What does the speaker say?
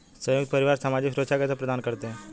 संयुक्त परिवार सामाजिक सुरक्षा कैसे प्रदान करते हैं?